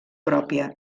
pròpia